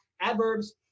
adverbs